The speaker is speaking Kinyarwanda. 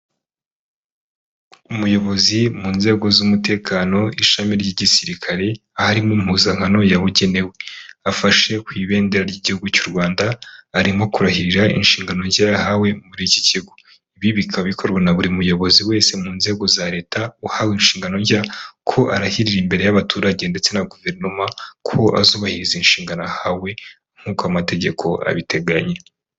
Umuyobozi mu nzego z'umutekano ishami ry'igisirikare, aho ari mu mpuzankano yabugenewe, afashe ku ibendera ry'igihugu cy'u Rwanda arimo kurahirira inshingano nshya yahawe muri iki kigo. Ibi bikaba bikorwa na buri muyobozi wese mu nzego za Leta uhawe inshingano nshya ko arahirira imbere y'abaturage ndetse na guverinoma, ko azubahiriza inshingano ahawe nk'uko amategeko abiteganya.